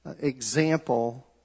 example